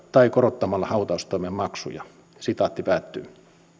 tai korottamalla hautaustoimen maksuja